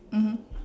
mmhmm